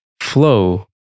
flow